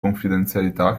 confidenzialità